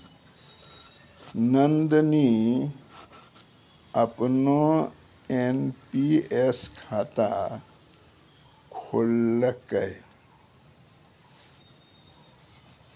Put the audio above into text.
नंदनी अपनो एन.पी.एस खाता खोललकै